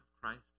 christ